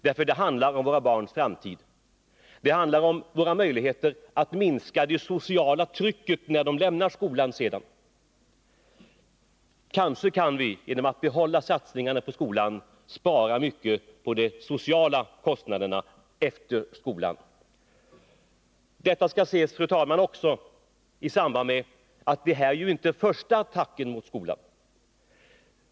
Det handlar om våra barns framtid. Det handlar om våra möjligheter att minska det sociala trycket när de sedan lämnar skolan. Kanske kan vi genom att behålla satsningarna på skolan spara mycket på de sociala kostnaderna efter skolan. Detta skall också ses, fru talman, i samband med att det inte är den första attacken mot skolan.